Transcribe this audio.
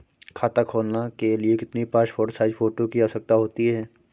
खाता खोलना के लिए कितनी पासपोर्ट साइज फोटो की आवश्यकता होती है?